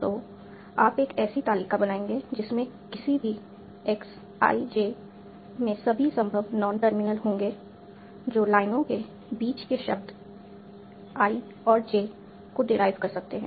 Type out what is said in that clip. तो आप एक ऐसी तालिका बनाएंगे जिसमें किसी भी x ij में सभी संभव नॉन टर्मिनल होंगे जो लाइनों के बीच के शब्द i और j को डेराइव कर सकते हैं